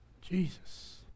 Jesus